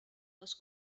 les